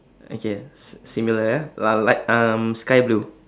okay s~ similar ah la~ light um sky blue